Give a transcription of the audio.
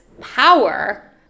power